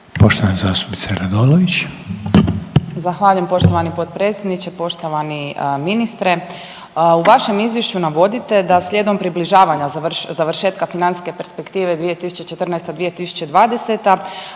Sanja (SDP)** Zahvaljujem poštovani potpredsjedniče, poštovani ministre. U vašem izvješću navodite da slijedom približavanja završetka Financijske perspektive 2014.-2020.